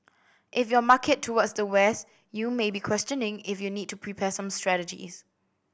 if your market towards the West you may be questioning if you need to prepare some strategies